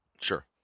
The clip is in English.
Sure